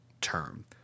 term